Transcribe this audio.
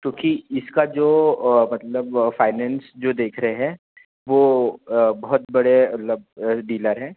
क्योंकि इसका जो मतलब फाइनान्स जो देख रहें हैं वह बहुत बड़े मतलब डीलर हैं